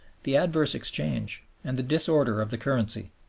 the adverse exchange, and the disorder of the currency.